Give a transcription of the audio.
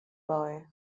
boy